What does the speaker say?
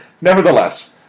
Nevertheless